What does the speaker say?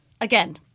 again